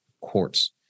quartz